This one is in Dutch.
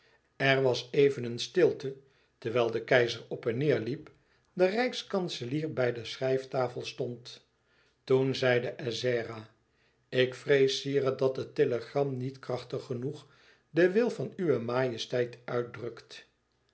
er was even een stilte terwijl de keizer op en neêr liep de rijkskanselier bij de schrijftafel stond toen zeide ezzera ik vrees sire dat het telegram niet krachtig genoeg de wil van uwe majesteit uitdrukt